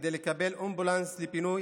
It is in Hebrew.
כדי לקבל אמבולנס לפינוי,